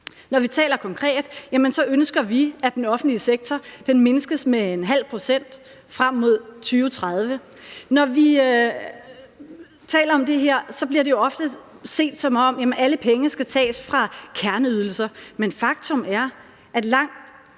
lommer. Konkret ønsker vi, at den offentlige sektor mindskes med ½ pct. frem mod 2030. Når vi taler om det her, bliver det jo ofte set, som om alle pengene skal tages fra kerneydelser, men faktum er, at alt